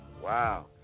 wow